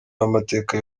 w’amateka